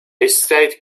estate